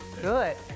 Good